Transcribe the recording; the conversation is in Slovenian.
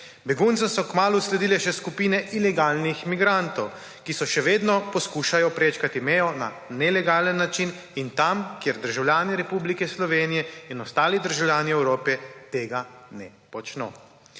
Beguncem so kmalu sledile še skupine ilegalnih migrantov, ki še vedno poskušajo prečkati mejo na nelegalen način in tam, kjer državljani Republike Slovenije in ostali državljani Evrope tega ne počno.